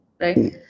right